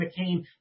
McCain